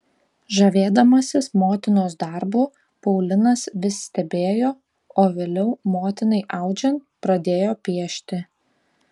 žavėdamasis motinos darbu paulinas vis stebėjo o vėliau motinai audžiant pradėjo piešti